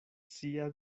sia